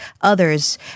others